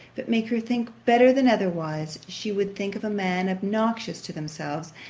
but make her think better than otherwise she would think of a man obnoxious to themselves,